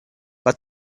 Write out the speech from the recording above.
but